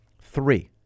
three